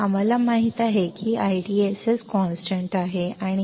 आम्हाला माहित आहे की IDSS स्थिर आहे आणि Vp स्थिर आहे आम्हाला माहित आहे